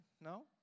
No